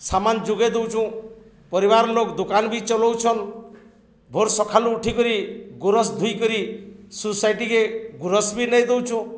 ସାମାନ ଯୋଗେଇ ଦଉଚୁଁ ପରିବାର ଲୋକ ଦୋକାନ ବି ଚଲଉଛନ୍ ଭୋର ସଖାଳୁ ଉଠିିକରି ଗୋୁରସ ଧୋଇକରି ସୁୋସାଇଟିକେ ଗୁୁରସ ବି ନେଇ ଦଉଛୁଁ